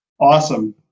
awesome